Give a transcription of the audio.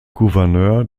gouverneur